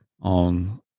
on